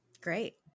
Great